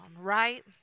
right